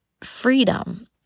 freedom